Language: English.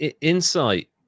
Insight